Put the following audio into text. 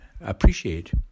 appreciate